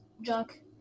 junk